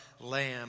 Lamb